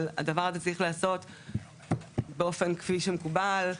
אבל הדבר הזה צריך להיעשות כפי שמקובל,